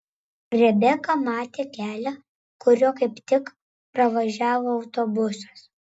rebeka matė kelią kuriuo kaip tik pravažiavo autobusas